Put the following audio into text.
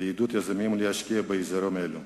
לעידוד יזמים להשקיע באזורים אלו,